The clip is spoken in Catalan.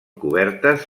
cobertes